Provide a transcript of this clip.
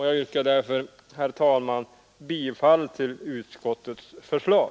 Jag yrkar därför, herr talman, bifall till utskottets förslag.